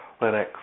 Linux